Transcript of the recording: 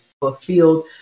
fulfilled